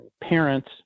parents